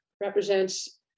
represents